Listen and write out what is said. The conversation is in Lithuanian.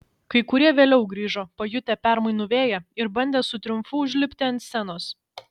kai kurie vėliau grįžo pajutę permainų vėją ir bandė su triumfu užlipti ant scenos